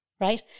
Right